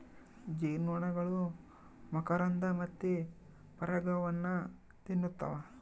ಜೇನುನೊಣಗಳು ಮಕರಂದ ಮತ್ತೆ ಪರಾಗವನ್ನ ತಿನ್ನುತ್ತವ